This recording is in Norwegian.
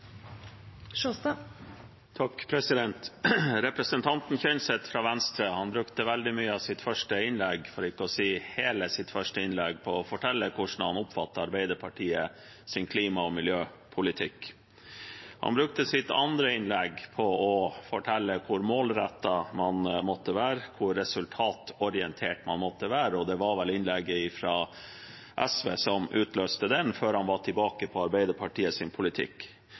Representanten Kjenseth fra Venstre brukte veldig mye av – for ikke å si hele sitt første innlegg til å fortelle hvordan han oppfattet Arbeiderpartiets klima- og miljøpolitikk. Han brukte sitt andre innlegg til å fortelle hvor målrettet og resultatorientert man måtte være – det var vel innlegget fra SV som utløste den – før han var tilbake til Arbeiderpartiets politikk. Jeg oppfattet at representanten Kjenseth pratet lite, eller ingenting, om egen politikk